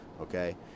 okay